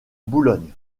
boulogne